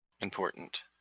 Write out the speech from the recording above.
important